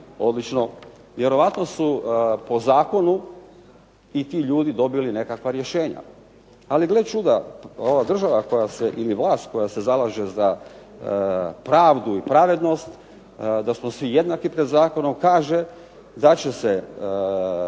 Odlično. Vjerojatno su po zakonu i ti ljudi dobili nekakva rješenja. Ali gle čuda ova država ili vlast koja se zalaže za pravdu i pravednost da smo svi jednaki pred zakonom kaže da će